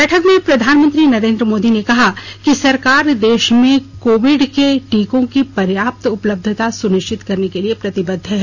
बैठक में प्रधानमंत्री नरेंद्र मोदी ने कहा कि सरकार देश में कोविड के टीकों की पर्याप्त उपलब्धता सुनिश्चित करने के लिए प्रतिबद्ध है